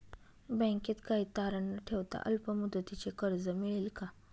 बँकेत काही तारण न ठेवता अल्प मुदतीचे कर्ज मिळेल का?